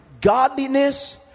godliness